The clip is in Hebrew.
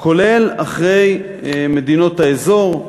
כולל אחרי מדינות האזור.